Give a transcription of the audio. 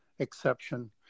exception